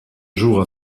jours